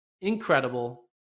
Incredible